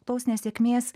tos nesėkmės